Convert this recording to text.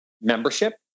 membership